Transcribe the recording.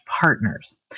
partners